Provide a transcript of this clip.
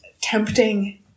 tempting